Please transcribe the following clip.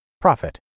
Profit